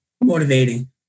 motivating